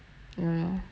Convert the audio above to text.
that's why